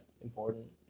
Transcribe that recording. important